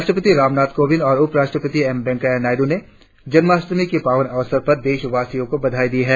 राष्ट्रपति रामनाथ कोविंद और उपराष्ट्रपति एम वैकेया नायद्र ने जन्माष्टमी की पावन अवसर पर देशवासियों को बधाई दी है